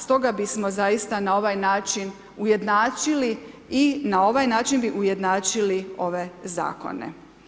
Stoga bismo zaista na ovaj način ujednačili i na ovaj način bi ujednačili ove zakone.